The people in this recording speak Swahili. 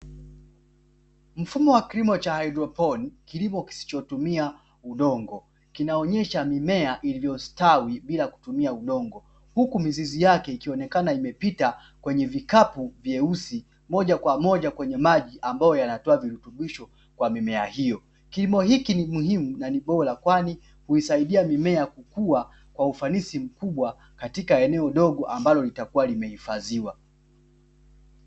Mfumo wa kilimo cha haidroponi kilimo kisichotumia udongo kinaonyesha mimea iliyostawi bila kutumia udongo huku mizizi yake ikionekana imepita kwenye vikapu vyeusi moja kwa moja kwenye maji ambayo yanatoa virutubisho kwa mimea hiyo, kimo hiki ni muhimu na ni bora kwani huisaidia mimea kukua kwa ufanisi mkubwa katika eneo dogo ambalo litakuwa limehifadhiwa.